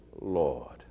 Lord